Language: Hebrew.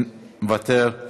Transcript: מוותר.